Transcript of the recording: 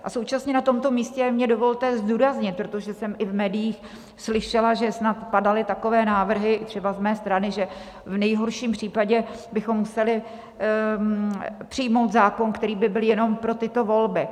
A současně mně na tomto místě dovolte zdůraznit, protože jsem i v médiích slyšela, že snad padaly takové návrhy třeba z mé strany, že v nejhorším případě bychom museli přijmout zákon, který by byl jenom pro tyto volby.